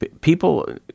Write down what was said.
People